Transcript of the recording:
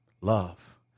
Love